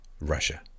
Russia